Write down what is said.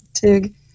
TIG